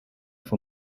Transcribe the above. for